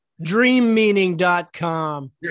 Dreammeaning.com